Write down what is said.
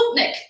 Sputnik